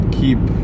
keep